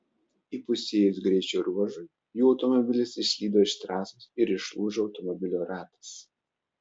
įpusėjus greičio ruožui jų automobilis išslydo iš trasos ir išlūžo automobilio ratas